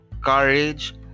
Courage